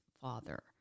father